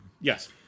Yes